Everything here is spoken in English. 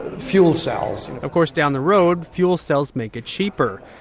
fuel cells. of course, down the road fuel cells may get cheaper.